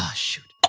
ah shoot.